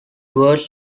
words